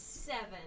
Seven